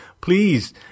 please